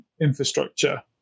infrastructure